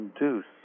induce